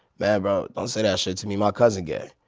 man bro don't say that shit to me, my cousin gay.